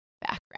background